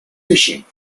fishing